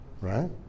right